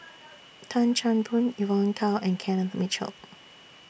Tan Chan Boon Evon Kow and Kenneth Mitchell